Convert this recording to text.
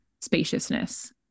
spaciousness